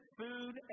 food